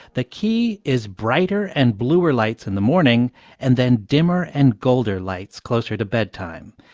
the key is brighter and bluer lights in the morning and then dimmer and golder lights closer to bedtime.